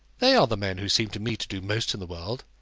they are the men who seem to me to do most in the world.